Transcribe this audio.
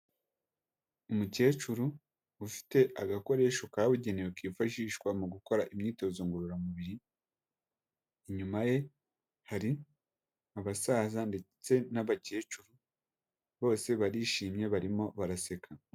Umukecuru ufite agakoresho kabugenewe kifashishwa mu gukora imyitozo ngororamubiri, inyuma ye hari abasaza ndetse n'abakecuru, bose barishimye barimo baraseka.